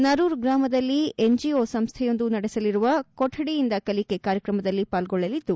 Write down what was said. ನರೂರ್ ಗ್ರಾಮದಲ್ಲಿ ಎನ್ಜಿಒ ಸಂಸ್ಥೆಯೊಂದು ನಡೆಸಲಿರುವ ಕೊಠಡಿಯಿಂದ ಕಲಿಕೆ ಕಾರ್ಯಕ್ರಮದಲ್ಲಿ ಪಾಲ್ಗೊಳ್ಳಲಿದ್ದು